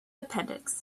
appendix